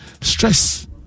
Stress